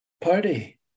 party